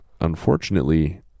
unfortunately